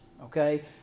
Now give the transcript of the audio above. Okay